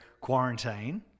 quarantine